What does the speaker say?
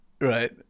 Right